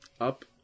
Up